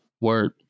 word